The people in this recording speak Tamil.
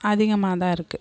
அதிகமாக தான் இருக்குது